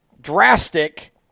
drastic –